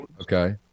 Okay